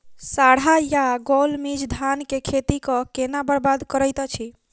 साढ़ा या गौल मीज धान केँ खेती कऽ केना बरबाद करैत अछि?